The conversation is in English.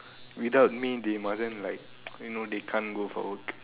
without me they mustn't like you know they can't go for work